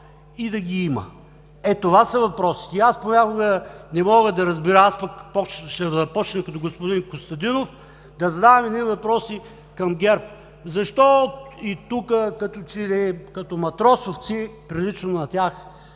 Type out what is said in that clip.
да ги има. Ето това са въпросите. Аз понякога не мога да разбера, ще започна като господин Костадинов да задавам едни въпроси към ГЕРБ – защо и тук, като че ли като матросовци, прилично на тях,